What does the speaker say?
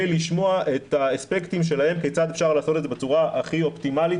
לשמוע את האספקטים שלהם כיצד אפשר לעשות את זה בצורה הכי אופטימלית,